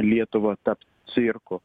lietuvą tapt cirku